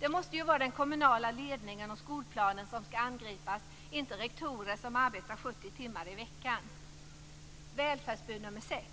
Det måste ju vara den kommunala ledningen och skolplanen som skall angripas, inte rektorer som arbetar 70 timmar i veckan. Välfärdsbud nummer sex: